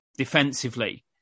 defensively